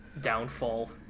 downfall